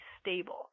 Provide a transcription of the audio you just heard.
stable